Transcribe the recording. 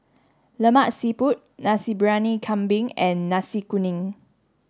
Lemak Siput Nasi Briyani Kambing and Nasi Kuning